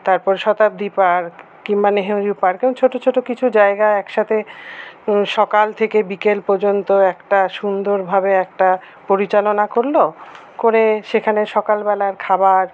তারপরে শতাব্দী পার্ক কিংবা নেহেরু পার্ক এরকম ছোটো ছোটো কিছু জায়গা একসাথে সকাল থেকে বিকেল পর্যন্ত একটা সুন্দরভাবে একটা পরিচালনা করলো এবং করে সেখানে সকাল বেলার খাবার